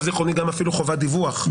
זיכרוני יש אפילו חובת דיווח לוועדה.